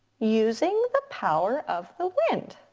using the power of the wind.